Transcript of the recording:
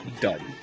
done